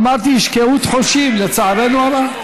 אמרתי: יש קהות חושים, לצערנו הרב.